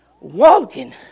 walking